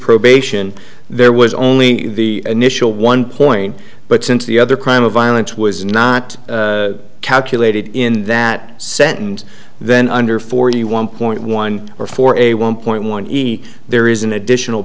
probation there was only the initial one point but since the other crime of violence was not calculated in that sentence then under forty one point one or for a one point one easy there is an additional